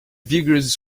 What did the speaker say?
vigorous